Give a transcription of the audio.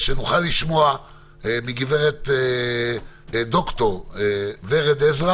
לשמוע מד"ר ורד עזרא